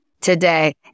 today